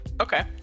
Okay